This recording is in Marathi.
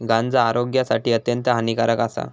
गांजा आरोग्यासाठी अत्यंत हानिकारक आसा